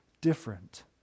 different